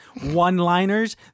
one-liners